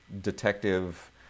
detective